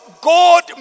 God